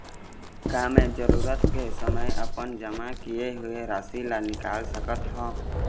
का मैं जरूरत के समय अपन जमा किए हुए राशि ला निकाल सकत हव?